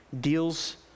deals